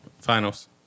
finals